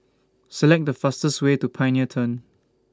Select The fastest Way to Pioneer Turn